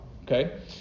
okay